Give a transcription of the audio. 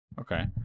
Okay